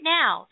now